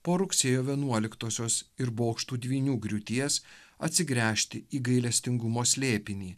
po rugsėjo vienuoliktosios ir bokštų dvynių griūties atsigręžti į gailestingumo slėpinį